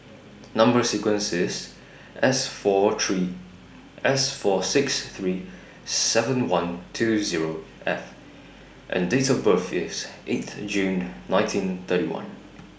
Number sequence IS S four three S four six three seven one two Zero F and Date of birth IS eighth June nineteen thirty one